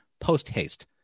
post-haste